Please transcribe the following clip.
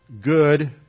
good